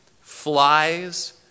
flies